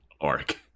arc